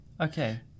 Okay